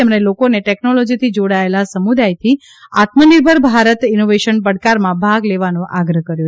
તેમણે લોકોને ટેકનોલોજીથી જોડાયેલા સમુદાયથી આત્મનિર્ભર ભારત ઇનોવેશન પડકારમાં ભાગ લેવાનો આગ્રહ કર્યો